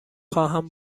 خواهم